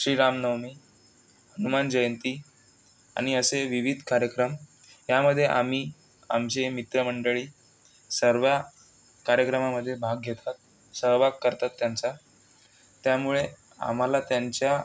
श्री रामनवमी हनुमान जयंती आणि असे विविध कार्यक्रम यामध्ये आम्ही आमचे मित्रमंडळी सर्व कार्यक्रमामध्ये भाग घेतात सहभाग करतात त्यांचा त्यामुळे आम्हाला त्यांच्या